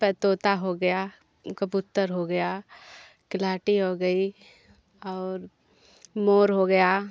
तोता हो गया कबूतर हो गया क्लाटी हो गई और मोर हो गया